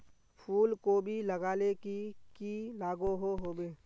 फूलकोबी लगाले की की लागोहो होबे?